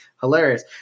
hilarious